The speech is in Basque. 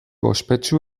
ospetsu